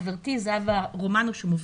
חברתי זהבה רומנו,